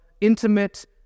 intimate